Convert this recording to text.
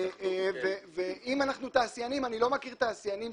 אני רוצה לסכם את הדיון.